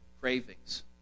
cravings